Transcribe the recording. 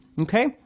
okay